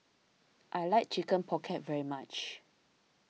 I like Chicken Pocket very much